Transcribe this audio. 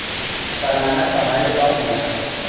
सलाना कमाई कम होला